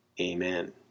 amen